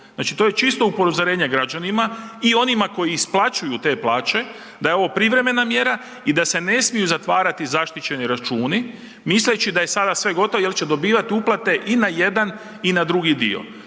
Znači to je čisto upozorenje građanima i onima koji isplaćuju te plaće, da je ovo privremena mjera i da se ne smiju zatvarati zaštićeni računi misleći da je sada sve gotovo jer će dobivati uplate i na jedan i na drugi dio.